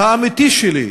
האמיתי שלי,